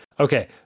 Okay